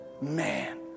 Man